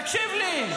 תקשיב לי,